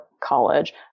college